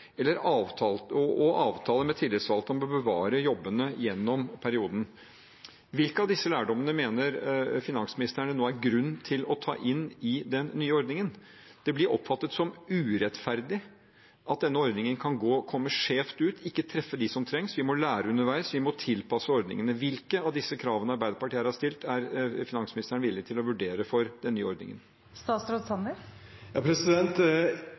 og avtale med tillitsvalgte om å bevare jobbene gjennom perioden. Hvilke av disse lærdommene mener finansministeren det nå er grunn til å ta inn i den nye ordningen? Det blir oppfattet som urettferdig at denne ordningen kan komme skjevt ut, ikke treffe dem som trenger det. Vi må lære underveis, vi må tilpasse ordningene. Hvilke av disse kravene Arbeiderpartiet her har stilt, er finansministeren villig til å vurdere for den nye ordningen?